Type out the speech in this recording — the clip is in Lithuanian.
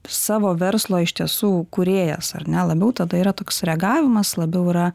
savo verslo iš tiesų kūrėjas ar ne labiau tada yra toks reagavimas labiau yra